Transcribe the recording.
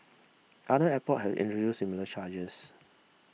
other airport have introduce similar charges